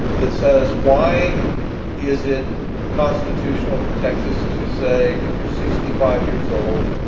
that says, why is it constitutional for texas to say if you're sixty five years old,